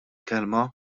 kelma